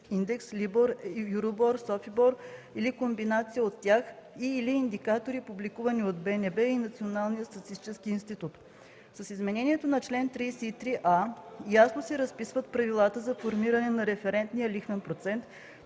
индекс LIBOR, EUROBOR, SOFIBOR или комбинация от тях и/или индикатори, публикувани от БНБ и Националния статистически институт. С изменението на чл. 33а ясно се разписват правилата за формиране на референтния лихвен процент,